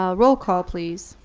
ah roll call, please.